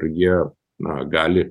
jie na gali